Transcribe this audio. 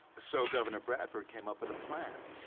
so, governor bradford came up with a plan.